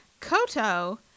Koto